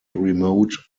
remote